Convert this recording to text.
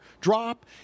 drop